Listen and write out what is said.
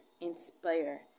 inspire